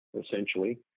essentially